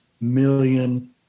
Million